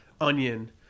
onion